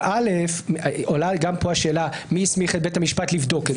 אבל גם פה עולה השאלה מי הסמיך את בית המשפט לבדוק את זה.